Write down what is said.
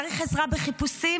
צריך עזרה בחיפושים?